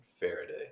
Faraday